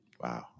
Wow